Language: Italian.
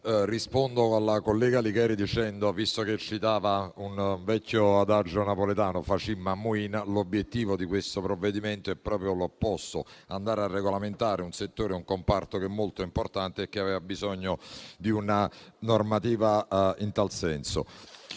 rispondo alla collega Licheri, che citava un vecchio adagio napoletano, *facimm' ammuina*, dicendo che l'obiettivo di questo provvedimento è proprio l'opposto: andare a regolamentare un settore e un comparto che è molto importante e che aveva bisogno di una normativa in tal senso.